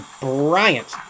Bryant